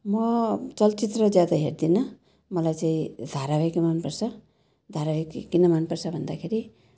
म चलचित्र ज्यादा हेर्दिनँ मलाई चाहिँ धारावाहिक मनपर्छ धारावाहिक किन मनपर्छ भन्दाखेरि